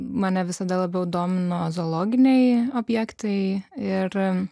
mane visada labiau domino zoologiniai objektai ir